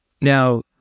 Now